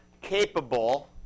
capable